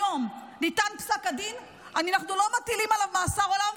היום ניתן פסק הדין: אנחנו לא מטילים עליו מאסר עולם,